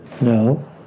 no